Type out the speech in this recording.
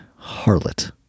harlot